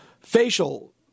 facial